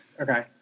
Okay